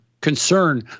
concern